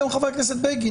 גם חה"כ בגין